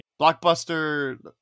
Blockbuster